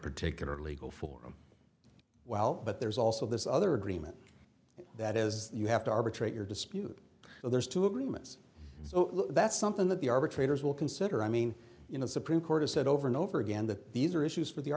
particular legal forum well but there's also this other agreement that is you have to arbitrate your dispute so there's two agreements so that's something that the arbitrator's will consider i mean in the supreme court has said over and over again that these are issues for the